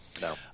No